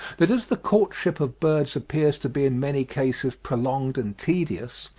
that as the courtship of birds appears to be in many cases prolonged and tedious,